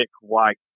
white